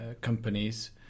companies